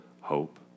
hope